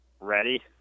ready